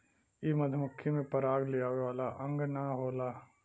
इ मधुमक्खी में पराग लियावे वाला अंग ना होला